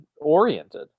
oriented